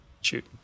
Shoot